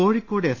Kozhikode S